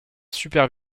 super